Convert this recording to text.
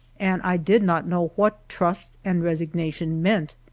and i did not know what trust and resigna tion meant.